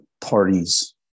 parties